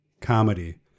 comedy